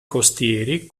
costieri